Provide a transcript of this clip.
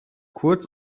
kurz